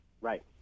Right